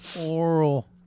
Oral